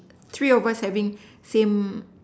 three of us having same